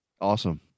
Awesome